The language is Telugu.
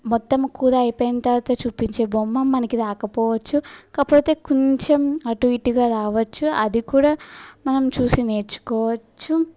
మొత్తం కూర అయిపోయిన తర్వాత చూపించే బొమ్మ మనకు రాకపోవచ్చు కాకపోతే కొంచం అటు ఇటుగా రావచ్చు అది కూడా మనం చూసి నేర్చుకోవచ్చు